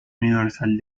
universal